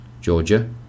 Georgia